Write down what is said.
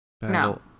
No